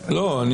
לא כל